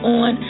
on